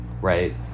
right